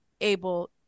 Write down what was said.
able